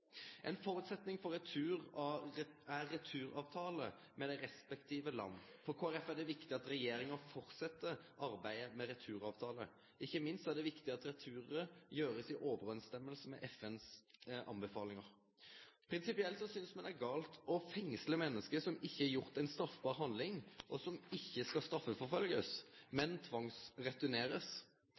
Ein føresetnad for retur er returavtaler med dei respektive land. For Kristeleg Folkeparti er det viktig at regjeringa held fram med arbeidet med returavtaler. Ikkje minst er det viktig at returar skjer i samsvar med FN sine tilrådingar. Prinsipielt synest me det er gale å fengsle menneske som ikkje har gjort ei straffbar handling, og som ikkje skal bli straffeforfølgde, men